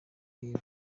nkibi